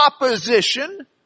opposition